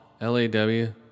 L-A-W